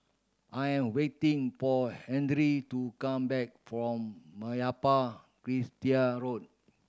I'm waiting for Henry to come back from Meyappa Chettiar Road